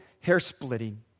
hair-splitting